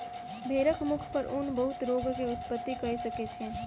भेड़क मुख पर ऊन बहुत रोग के उत्पत्ति कय सकै छै